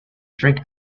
drink